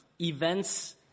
events